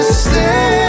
stay